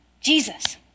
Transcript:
Jesus